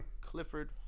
Clifford